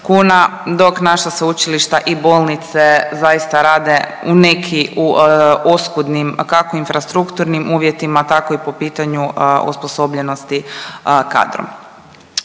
dok naša sveučilišta i bolnice zaista rade neki u oskudnim kako infrastrukturnim uvjetima tako i po pitanju osposobljenosti kadrom.